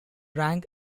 rank